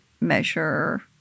Measure